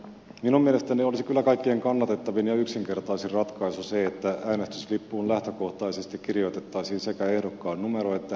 minun mielestäni olisi kyllä kaikkein kannatettavin ja yksinkertaisin ratkaisu se että äänestyslippuun lähtökohtaisesti kirjoitettaisiin sekä ehdokkaan numero että hänen nimensä